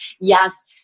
yes